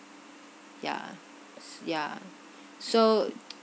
yeah s~ yeah so